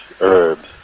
herbs